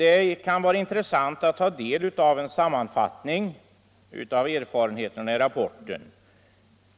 Det kan vara intressant att ta del av en sammanfattning av erfarenheterna i rapporten.